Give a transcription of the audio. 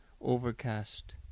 overcast